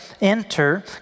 enter